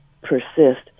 persist